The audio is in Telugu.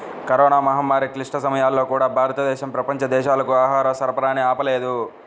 కరోనా మహమ్మారి క్లిష్ట సమయాల్లో కూడా, భారతదేశం ప్రపంచ దేశాలకు ఆహార సరఫరాని ఆపలేదు